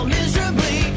miserably